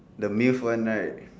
the miss one right